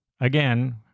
again